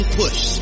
push